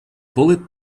bullet